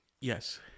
yes